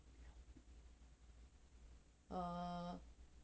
err